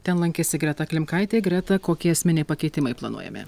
ten lankėsi greta klimkaitė greta kokie esminiai pakeitimai planuojami